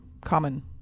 common